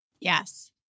Yes